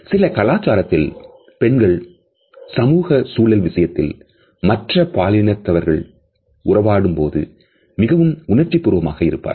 சில கலாச்சாரத்தில் பெண்கள் சமூக சூழல் விஷயத்தில் மற்ற பாலினத்தவர்கள் உறவாடும் போது மிகவும்உணர்ச்சிப்பூர்வமாக இருப்பார்கள்